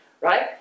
right